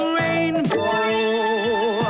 rainbow